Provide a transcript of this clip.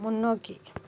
முன்னோக்கி